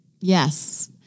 Yes